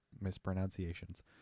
mispronunciations